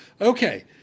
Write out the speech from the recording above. okay